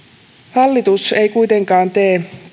hallitus ei kuitenkaan tee